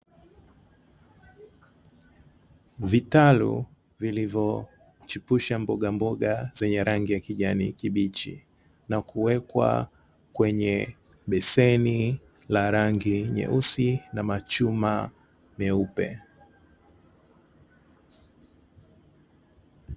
Vitalu vilivyochipushwa mbogamboga zenye rangi ya kijani kibichi na kuwekwa kwenye beseni la rangi nyeusi na machuma meupe.